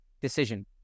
decision